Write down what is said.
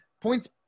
points